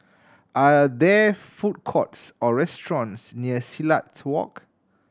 are there food courts or restaurants near Silat Walk